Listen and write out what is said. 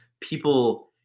people